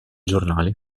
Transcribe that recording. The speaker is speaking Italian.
giornali